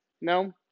No